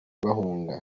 bahunga